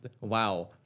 Wow